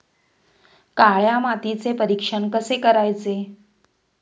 काळ्या मातीचे परीक्षण कसे करायचे?